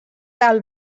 del